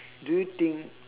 do you think